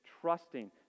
trusting